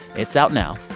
it's out now.